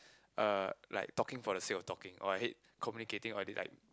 uh like talking for the sake of talking or I hate communicating all these like